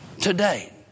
today